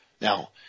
Now